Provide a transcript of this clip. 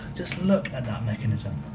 just look at that mechanism,